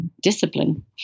discipline